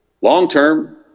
long-term